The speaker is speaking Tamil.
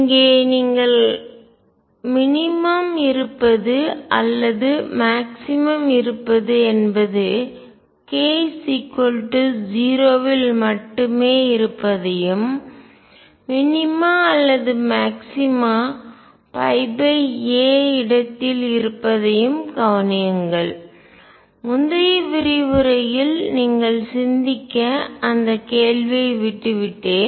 இங்கே நீங்கள் மினிமம் குறைந்தபட்சம் இருப்பது அல்லது மாக்ஸிமம் அதிகபட்சம் இருப்பது என்பது k 0 இல் மட்டுமே இருப்பதையும் மினிமா அல்லது மாக்சிமா a இடத்தில் இருப்பதையும் கவனியுங்கள் முந்தைய விரிவுரையில் நீங்கள் சிந்திக்க அந்த கேள்வியை விட்டுவிட்டேன்